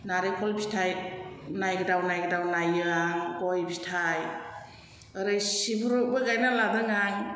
नारिखल फिथाइ नायदाव नायदाव नायो आं गय फिथाय ओरै सिब्रुबो गायनान लादों आं